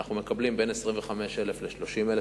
אנחנו מקבלים בין 25,000 ל-30,000